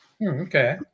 Okay